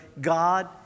God